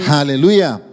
Hallelujah